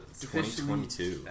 2022